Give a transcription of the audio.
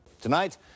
Tonight